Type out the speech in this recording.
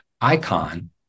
icon